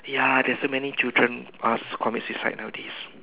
ya there's so many children are commit suicide nowadays